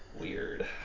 Weird